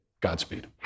Godspeed